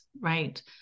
right